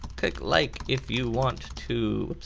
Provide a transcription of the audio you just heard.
click like if you want to